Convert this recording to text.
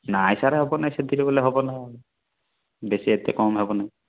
ନାଇଁ ସାର୍ ହବ ନାହିଁ ସେତିକି ବୋଇଲେ ହବ ନାହିଁ ବେଶୀ ଏତେ କମ୍ ହବ ନାହିଁ